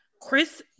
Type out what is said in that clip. Chris